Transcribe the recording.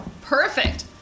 Perfect